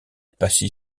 passy